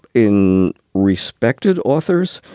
in respected authors,